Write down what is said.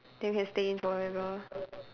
then you can stay in forever